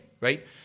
right